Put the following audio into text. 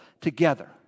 together